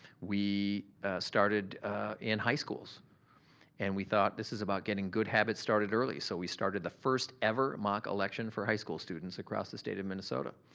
we started in high schools and we thought this is about getting good habits started early. so, we started the first ever mock election for high school students across the state of minnesota.